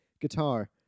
guitar